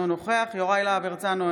אינו נוכח יוראי להב הרצנו,